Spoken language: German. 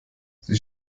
sie